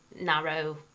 narrow